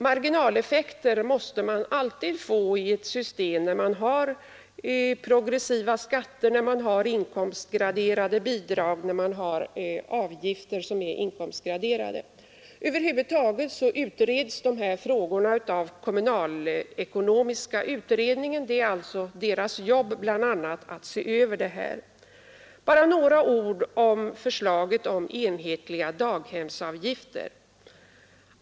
Marginaleffekter får man alltid i ett system där man har progressiva skatter och inkomstgraderade bidrag och avgifter. Dessa frågor utreds av kommunalekonomiska utredningen. Den har alltså i uppdrag att se över bl.a. detta. Bara några ord om förslaget om enhetliga daghemsavgifter.